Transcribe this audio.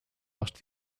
asked